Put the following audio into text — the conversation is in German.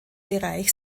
bereich